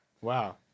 Wow